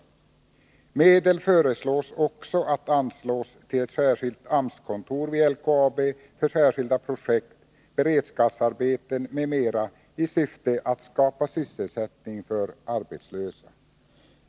Medel föreslås också anslås till ett särskilt AMS-kontor vid LKAB för särskilda projekt, beredskapsarbeten m.m. i Nr 144 syfte att skapa sysselsättning för arbetslösa.